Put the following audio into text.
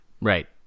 Right